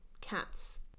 cats